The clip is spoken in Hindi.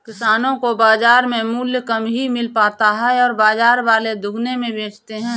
किसानो को बाजार में मूल्य कम ही मिल पाता है बाजार वाले दुगुने में बेचते है